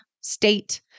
state